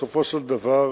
בסופו של דבר,